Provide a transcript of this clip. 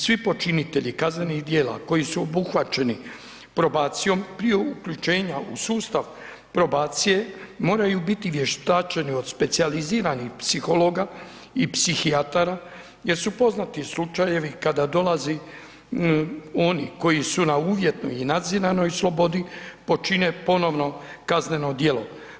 Svi počinitelji kaznenih djela koji su obuhvaćeni probacijom, prije uključenja u sustav probacije moraju biti vještačeni od specijaliziranih psihologa i psihijatara jer su poznati slučajevi kada dolaze oni koji su na uvjetnoj i nadziranom slobodi, počine ponovno kazneno djelo.